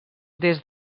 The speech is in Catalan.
des